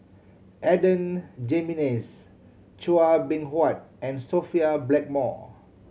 Adan Jimenez Chua Beng Huat and Sophia Blackmore